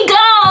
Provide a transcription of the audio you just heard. go